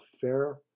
fair